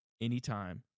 anytime